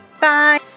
Bye